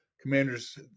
commanders